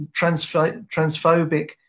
transphobic